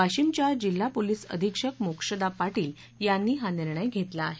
वाशीमच्या जिल्हा पोलीस अधीक्षक मोक्षदा पाटील यांनी हा निर्णय घेतला आहे